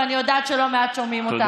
ואני יודעת שלא מעט שומעים אותנו,